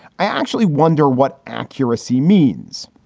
i actually wonder what accuracy means.